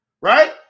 Right